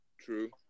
True